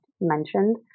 mentioned